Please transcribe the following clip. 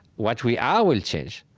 what we are will change.